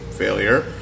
failure